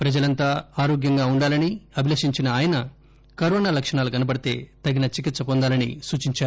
ప్రజలంతా ఆరోగ్యంగా ఉండాలని అభిలషించిన ఆయన కరోనా లక్షణాలు కనబడితే తగిన చికిత్స పొందాలని సూచించారు